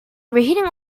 reading